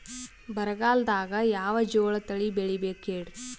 ಬರಗಾಲದಾಗ್ ಯಾವ ಜೋಳ ತಳಿ ಬೆಳಿಬೇಕ ಹೇಳ್ರಿ?